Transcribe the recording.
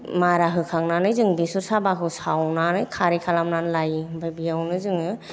मारा होखांनानै जोङो बेसर साबाखौ सावनानै खारै खालामनानै लायो ओमफ्राय बेयावनो जोङो